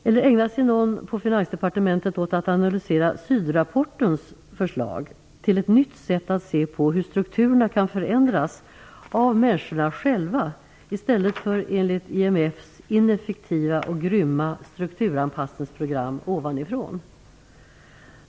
Eller ägnar sig någon på Finansdepartementet åt att analysera Sydrapportens förslag till ett nytt sätt att se på hur strukturerna kan förändras av människorna själva, i stället för enligt IMF:s ineffektiva och grymma strukturanpassningsprogram ovanifrån?